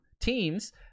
teams